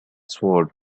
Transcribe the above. sword